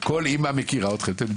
אז